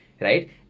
right